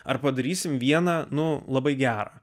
ar padarysime vieną nu labai gerą